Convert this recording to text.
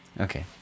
Okay